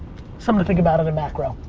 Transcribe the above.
so to think about on the macro.